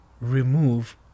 remove